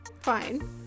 Fine